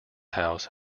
house